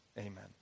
Amen